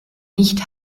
nicht